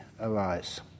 arise